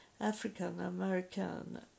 African-American